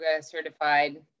certified